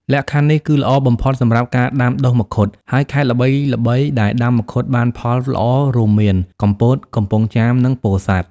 លក្ខខណ្ឌនេះគឺល្អបំផុតសម្រាប់ការដាំដុះមង្ឃុត ហើយខេត្តល្បីៗដែលដាំមង្ឃុតបានផលល្អរួមមាន កំពត កំពង់ចាម និងពោធិ៍សាត់។